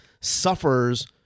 suffers